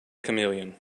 chameleon